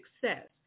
success